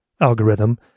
algorithm